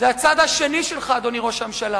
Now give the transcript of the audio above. הצד השני שלך, אדוני ראש הממשלה.